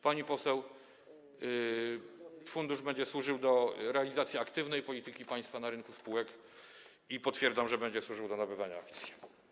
Pani poseł, fundusz będzie służył do realizacji aktywnej polityki państwa na rynku spółek i potwierdzam, że będzie służył do nabywania akcji.